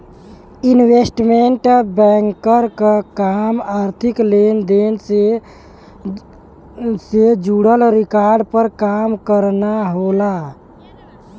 investment banker क काम आर्थिक लेन देन से जुड़ल रिकॉर्ड पर काम करना होला